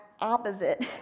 opposite